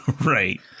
Right